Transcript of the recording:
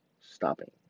stopping